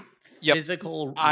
physical